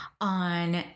on